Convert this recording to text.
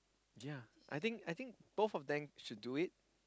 ya I think I think both of them should do it